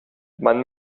man